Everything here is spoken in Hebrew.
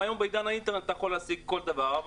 היום בעידן האינטרנט אתה יכול להשיג כל דבר.